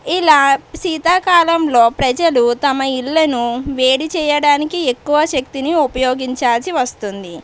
ఇలా శీతాకాలంలో ప్రజలు తమ ఇళ్లను వేడిచేయడానికి ఎక్కువ శక్తిని ఉపయోగించాల్సి వస్తుంది